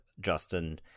Justin